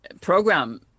program